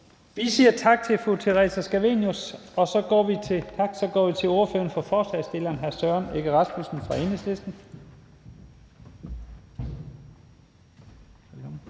Vi siger tak til fru Theresa Scavenius, og så går vi til ordføreren for forslagsstillerne, hr. Søren Egge Rasmussen fra Enhedslisten. Kl.